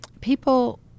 people